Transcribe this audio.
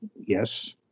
yes